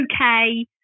okay